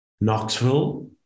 Knoxville